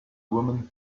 woman